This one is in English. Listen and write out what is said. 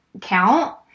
count